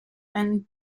and